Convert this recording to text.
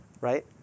right